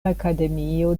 akademio